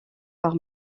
par